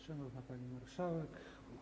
Szanowna Pani Marszałek!